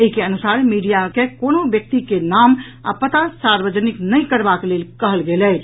एहि के अनुसार मीडिया के कोनहूँ व्यक्ति के नाम आ पता सार्वजनिक नहि करबाक लेल कहल गेल अछि